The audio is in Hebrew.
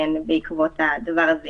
שבעקבות הדבר הזה